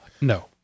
no